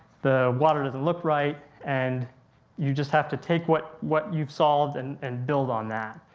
the water doesn't look right and you just have to take what, what you've solved and and build on that.